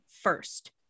first